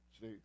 See